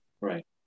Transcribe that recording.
right